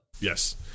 Yes